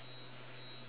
ya